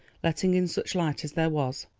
letting in such light as there was,